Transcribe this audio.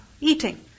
eating